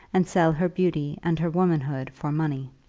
and sell her beauty and her womanhood for money.